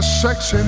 sexy